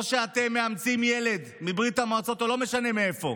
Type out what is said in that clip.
או שאתם מאמצים ילד מברית המועצות או לא משנה מאיפה,